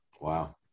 Wow